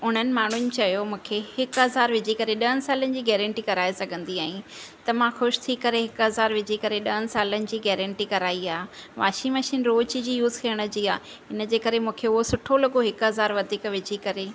उन्हनि माण्हुनि चयो मूंखे हिकु हज़ारु विझी करे ॾहनि सालनि जी गैरंटी कराई सघंदी आहे त मां ख़ुशि थी करे हिकु हज़ारु विझी करे ॾहनि सालनि जी गैरंटी कराई आहे वाशिंग मशीन रोज़ु जी यूज़ करण जी आहे इन जे करे मूंखे उहो सुठो लॻो हिकु हज़ारु वधीक विझी करे